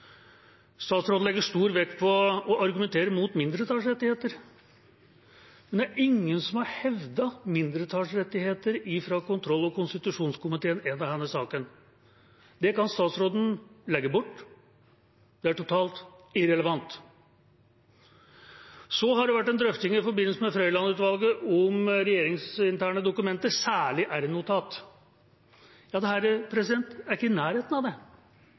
Statsråden legger stor vekt på å argumentere mot mindretallsrettigheter, men det er fra kontroll- og konstitusjonskomiteens side ikke hevdet mindretallsrettigheter i denne saken. Det kan statsråden legge bort – det er totalt irrelevant. I forbindelse med Frøiland-utvalgets rapport var det en drøfting om regjeringsinterne dokumenter, særlig r-notater. Dette er ikke i nærheten av det.